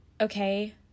okay